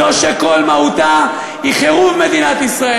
זו שכל מהותה היא חירוב מדינת ישראל?